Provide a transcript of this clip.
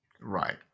Right